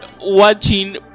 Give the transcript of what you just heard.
Watching